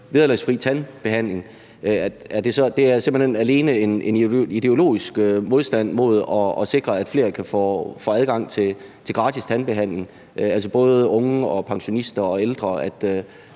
vederlagsfri tandbehandling, skyldes det så simpelt hen alene en ideologisk modstand mod at sikre, at flere kan få adgang til gratis tandbehandling – altså både unge, pensionister og ældre